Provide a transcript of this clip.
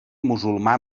musulmà